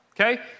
okay